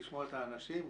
לשמוע את האנשים,